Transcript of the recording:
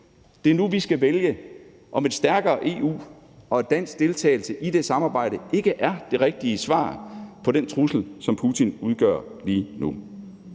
Det er nu, vi skal vælge, om et stærkere EU og dansk deltagelse i det samarbejde ikke er det rigtige svar på den trussel, som Putin udgør lige nu.